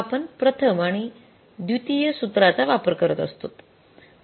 तेव्हा आपण प्रथम आणि द्वितीय सूत्रचा वापर करत असतोत